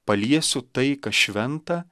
paliesiu tai kas šventa